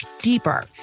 deeper